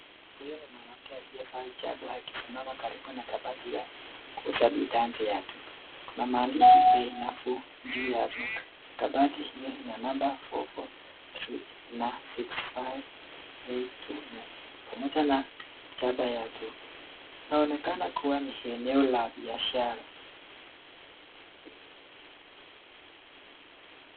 Huyu ni mwanamke aliyevaa hijabu akisimama karibu na kabati ya kuuza bidhaa nje ya duka, kuna maandishi bei nafuu juu ya duka, kabati hiyo ina namba 443 na 65829 pamoja na jada ya duka, inaonekana kuwa ni eneo ya biashara.